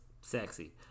sexy